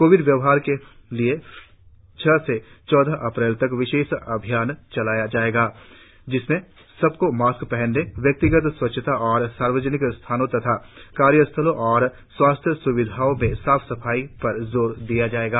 Covid व्यवहार के लिए छह से चौदह अप्रैल तक विशेष अभियान चलाया जाएगा जिसमें सबको मास्क पहनने व्यक्तिगत स्वच्छता और सार्वजनिक स्थानों तथा कार्यस्थलों और स्वास्थ्य स्विधाओं में साफ सफाई पर जोर दिया जाएगा